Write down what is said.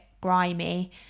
grimy